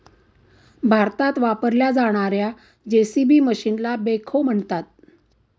भारतात वापरल्या जाणार्या जे.सी.बी मशीनला बेखो म्हणतात